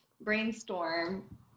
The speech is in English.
brainstorm